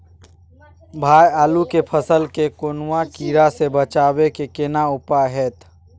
भाई आलू के फसल के कौनुआ कीरा से बचाबै के केना उपाय हैयत?